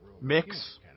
mix